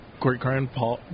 great-grandpa